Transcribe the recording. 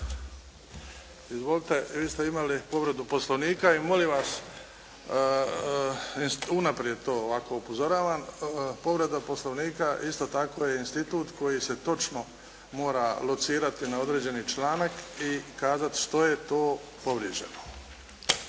Izvolite. Vi ste imali povredu Poslovnika i molim vas unaprijed to ovako upozoravam povreda Poslovnika isto tako je institut koji se točno mora locirati na određeni članak i kazati što je to povrijeđeno?